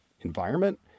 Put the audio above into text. environment